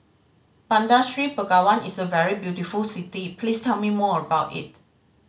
Bandar Seri Begawan is a very beautiful city please tell me more about it